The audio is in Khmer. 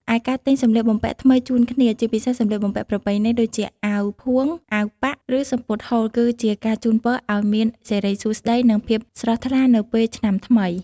ឯការទិញសម្លៀកបំពាក់ថ្មីជូនគ្នា ជាពិសេសសម្លៀកបំពាក់ប្រពៃណីដូចជា អាវផួង អាវប៉ាក់ ឬសំពត់ហូល គឺជាការជូនពរឱ្យមានសិរីសួស្តី និងភាពស្រស់ថ្លានៅពេលឆ្នាំថ្មី។